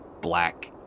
black